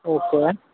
okay